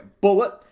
Bullet